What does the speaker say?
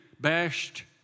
bashed